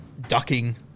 ducking